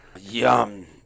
Yum